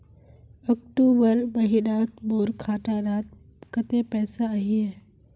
अक्टूबर महीनात मोर खाता डात कत्ते पैसा अहिये?